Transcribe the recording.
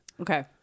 Okay